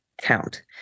count